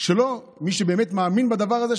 שמי שבאמת מאמין בדבר הזה,